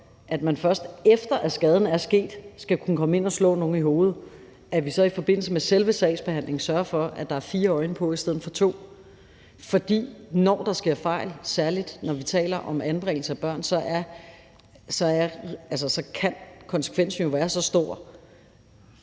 at man, først efter skaden er sket, skal kunne komme ind og slå nogen i hovedet, så i forbindelse med selve sagsbehandlingen sørger for, at der er fire øjne på i stedet for to. For når der sker fejl, særlig når vi taler om anbringelse af børn, kan konsekvensen jo være så stor,